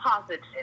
positive